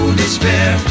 despair